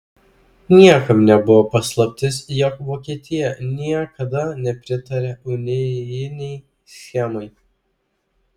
niekam nebuvo paslaptis jog vokietija niekada nepritarė unijinei schemai